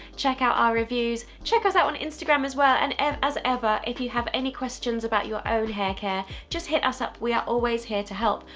check out our reviews. check us out on instagram as well, and and as ever if you have any questions about your own hair care just hit us up. we are always here to help.